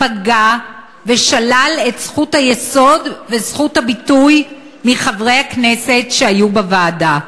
פגע ושלל את זכות היסוד וזכות הביטוי מחברי הכנסת שהיו בוועדה.